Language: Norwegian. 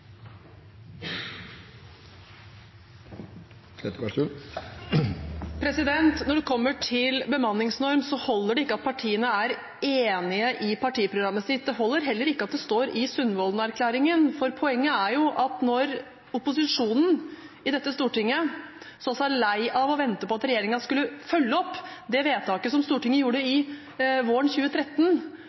replikkordskifte. Når det kommer til bemanningsnorm, holder det ikke at partiene er enig i partiprogrammet sitt, det holder heller ikke at det står i Sundvolden-erklæringen, for poenget er at opposisjonen så seg lei av å vente på at regjeringen skulle følge opp det vedtaket som Stortinget fattet våren 2013,